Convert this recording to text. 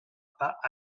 pas